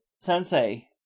sensei